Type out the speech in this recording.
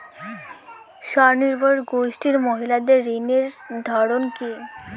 স্বনির্ভর গোষ্ঠীর মহিলাদের ঋণের ধরন কি?